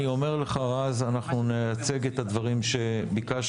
אני אומר לך רז, נייצג את הדברים שביקשת.